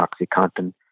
OxyContin